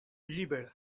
llíber